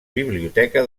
biblioteca